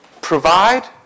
provide